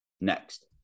Next